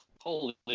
Holy